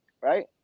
right